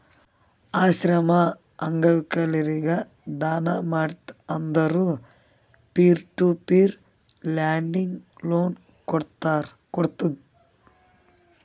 ಆಶ್ರಮ, ಅಂಗವಿಕಲರಿಗ ದಾನ ಮಾಡ್ತಿ ಅಂದುರ್ peer to peer lending loan ಕೋಡ್ತುದ್